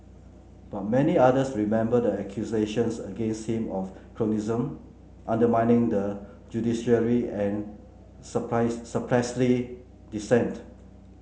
but many others remember the accusations against him of cronyism undermining the judiciary and suppressing dissent